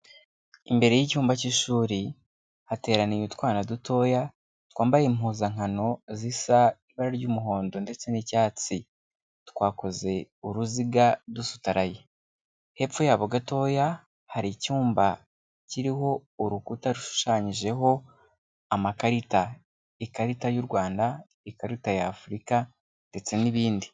Imbere y'icyumba cy'ishuri hateraniye utwana dutoya twambaye impuzankano zisa ibara ry'umuhondo ndetse n'icyatsi twakoze uruziga dusutaraye, hepfo yabo gatoya hari icyumba kiriho urukuta rushushanyijeho amakarita, ikarita y'u Rwanda, ikarita ya Afurika ndetse n'ibindi.